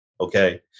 Okay